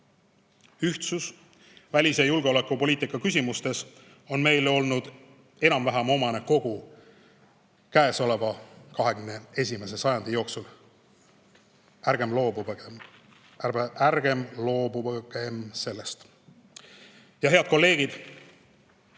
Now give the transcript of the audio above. Ühtsus välis- ja julgeolekupoliitika küsimustes on meile olnud enam-vähem omane kogu käesoleva 21. sajandi jooksul. Ärgem loobugem sellest! Head kolleegid!